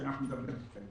כשאנחנו נדבר בטלפון.